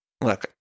look